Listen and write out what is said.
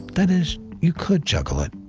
that is, you could juggle it,